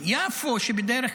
יפו על הפנים.